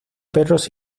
perros